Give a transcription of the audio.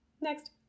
Next